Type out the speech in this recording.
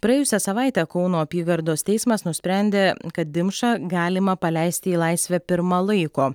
praėjusią savaitę kauno apygardos teismas nusprendė kad dimšą galima paleisti į laisvę pirma laiko